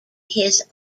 his